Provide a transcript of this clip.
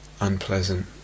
unpleasant